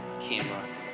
camera